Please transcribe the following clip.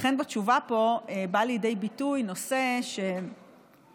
לכן בתשובה פה בא לידי ביטוי נושא חשוב,